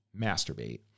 masturbate